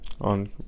On